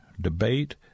debate